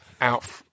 out